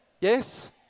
yes